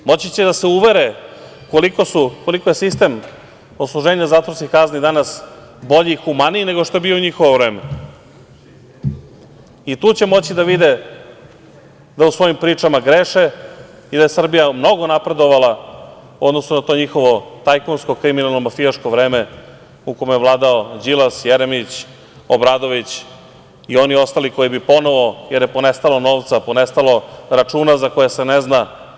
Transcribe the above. Moći će da se uvere koliko je sistem odsluženja zatvorskih kazni danas bolji i humaniji, nego što je bio u njihovo vreme i tu će moći da vide da u svojim pričama greše i da je Srbija mnogo napredovala u odnosu na to njihovo tajkunsko, kriminalno mafijaško vreme u kome je vladao Đilas, Jeremić, Obradović i oni ostali koji bi ponovo, jer je ponestalo novca, ponestalo računa za koje se ne zna.